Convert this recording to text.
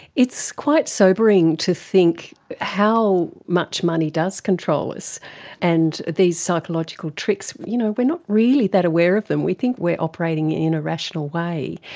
it's quite sobering to think how much money does control us and these psychological tricks. you know, we are not really that aware of them, we think we are operating in a rational way.